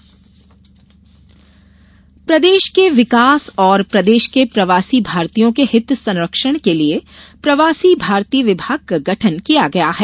सुझाव प्रदेश के विकास और प्रदेश के प्रवासी भारतीयों के हित संरक्षण के लिये प्रवासी भारतीय विभाग का गठन किया गया है